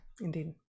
Indeed